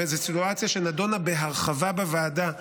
וזו סיטואציה שנדונה בהרחבה בוועדה,